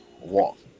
walk